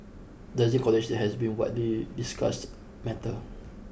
rising college has been widely discussed matter